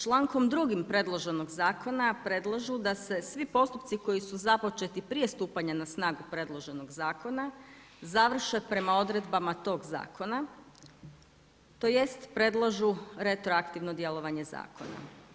Člankom 2. predloženog zakona predlažu da se svi postupci koji su započeti prije stupanja na snagu predloženog zakona, završe prema odredbama tog zakona, tj. predlažu retroaktivno djelovanje zakona.